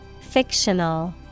Fictional